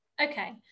Okay